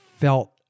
felt